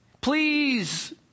please